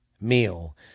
meal